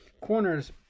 corners